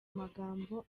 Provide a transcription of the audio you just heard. magambo